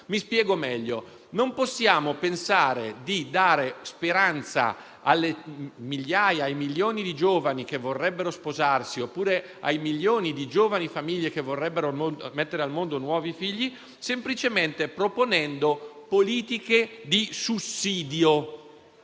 Non possiamo pensare di dare speranza ai milioni di giovani che vorrebbero sposarsi oppure alle milioni di giovani famiglie che vorrebbero mettere al mondo nuovi figli semplicemente proponendo politiche di sussidio,